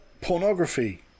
pornography